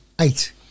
eight